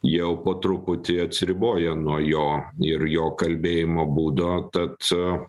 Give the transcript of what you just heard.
jau po truputį atsiriboja nuo jo ir jo kalbėjimo būdo tad